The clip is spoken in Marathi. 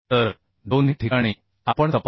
तर दोन्ही ठिकाणी आपण तपासू